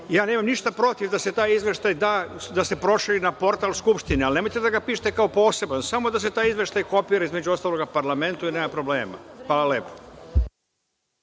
nemam ništa protiv da se taj izveštaj da, da se proširi na portal Skupštine, ali nemojte da ga pišete kao poseban, samo da se izveštaj kopira, između ostalog u parlamentu je nema problema. Hvala